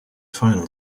final